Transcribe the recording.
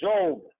Job